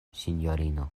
sinjorino